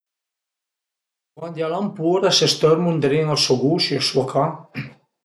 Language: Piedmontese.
Quandi al an pur a së stërmu ën drin a so guscio, a sua cà